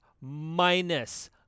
minus